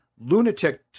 lunatic